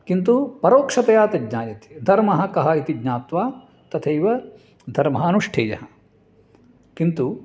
किन्तु परोक्षतया तत् ज्ञायते धर्मः कः इति ज्ञात्वा तथैव धर्मः अनुष्ठेयः किन्तु